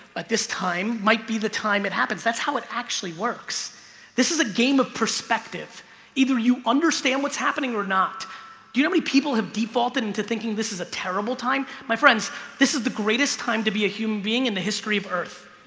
but this time might be the time it happens. that's how it actually works this is a game of perspective either you understand what's happening or not do you know many people have defaulted into thinking this is a terrible time my friends this is the greatest time to be a human being in the history of earth.